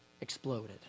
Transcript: exploded